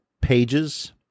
pages